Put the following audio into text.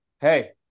hey